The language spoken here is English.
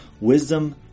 wisdom